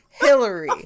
Hillary